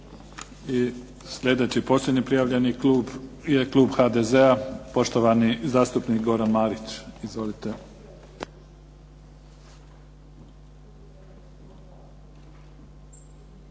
I slijedeći posljednji prijavljeni klub je klub HDZ-a, poštovani zastupnik Goran Marić. Izvolite.